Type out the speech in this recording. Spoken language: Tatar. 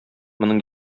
моның